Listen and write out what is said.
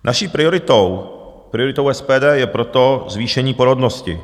Naší prioritou, prioritou SPD, je proto zvýšení porodnosti.